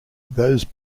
those